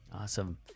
Awesome